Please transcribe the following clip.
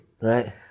Right